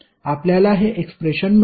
आपल्याला हे एक्सप्रेशन मिळेल